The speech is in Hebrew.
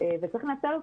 וצריך לנצל אותו,